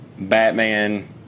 Batman